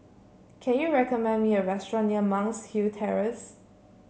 can you recommend me a restaurant near Monk's Hill Terrace